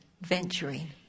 venturing